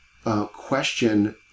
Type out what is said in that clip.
Question